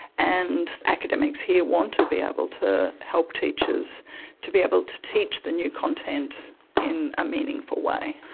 and academics here want to be able to help teachers to be able to teach the new content in a meaningful way.